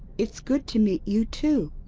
it's good to meet you too.